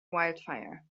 wildfire